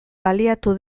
baliatu